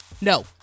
No